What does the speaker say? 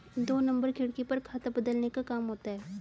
दो नंबर खिड़की पर खाता बदलने का काम होता है